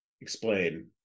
explain